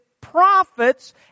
prophets